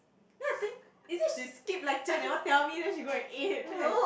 then I think is it she skip lecture never tell me then she go and eat then I